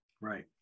right